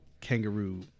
kangaroo